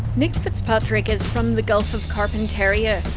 nick fitzpatrick is from the gulf of carpentaria,